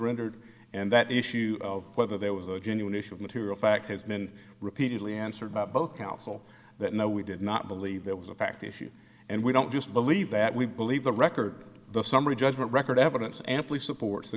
rendered and that issue of whether there was a genuine issue of material fact has been repeatedly answered by both counsel that know we did not believe that was a fact issue and we don't just believe that we believe the record the summary judgment record evidence amply supports the